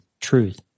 truth